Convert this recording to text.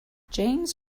james